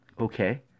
Okay